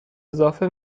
اضافه